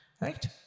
right